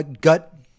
Gut